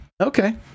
Okay